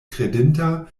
kredinta